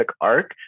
arc